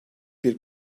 bir